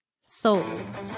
sold